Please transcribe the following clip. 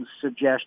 suggestion